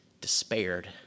despaired